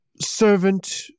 servant